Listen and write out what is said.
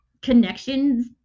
connections